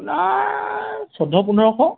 না চৈধ্য পোন্ধৰশ